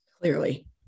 Clearly